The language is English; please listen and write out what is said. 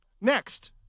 Next